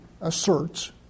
asserts